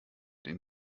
den